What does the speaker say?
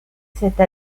cette